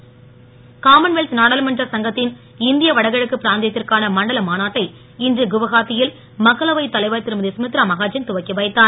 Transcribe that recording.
மகா ஐன் காமன்வெல்த் நாடாளுமன்ற சங்கத்தின் இந்திய வடகிழக்கு பிராந்தியத்திற்கான மண்டல மாநாட்டை இன்று குவஹாத்தியில் மக்களவை தலைவர் திருமதி கமித்ரா மகாஜன் துவக்கி வைத்தார்